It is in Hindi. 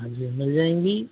हाँ जी मिल जाएगी